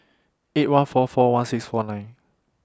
eight one four four one six four nine